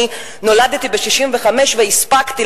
אני נולדתי ב-1965 והספקתי,